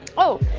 oh,